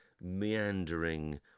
meandering